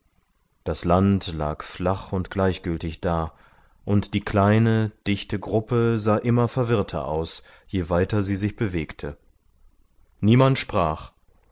das land lag flach und gleichgültig da und die kleine dichte gruppe sah immer verirrter aus je weiter sie sich bewegte niemand sprach